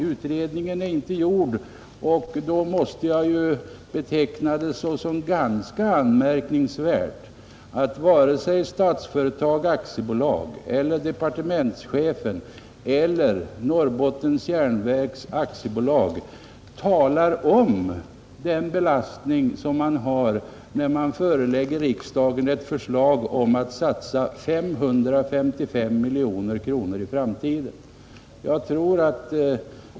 Utredningen är inte gjord, och då måste jag beteckna det som ganska anmärkningsvärt att varken Statsföretag, departementschefen eller Norrbottens järnverk talar om den belastning som man har när man förelägger riksdagen ett förslag om att satsa 555 miljoner kronor i framtiden.